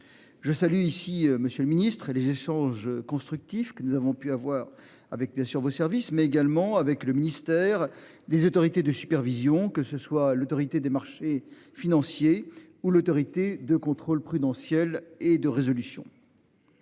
Je salue ici monsieur le ministre et les échanges constructifs que nous avons pu avoir avec bien sûr vos services mais également avec le ministère. Les autorités de supervision, que ce soit l'Autorité des marchés financiers ou l'autorité de contrôle prudentiel et de résolution.